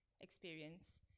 experience